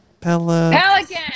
Pelican